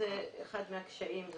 אחד הקשיים זה